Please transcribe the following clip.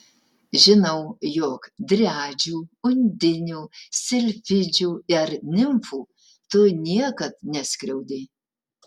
žinau jog driadžių undinių silfidžių ar nimfų tu niekad neskriaudei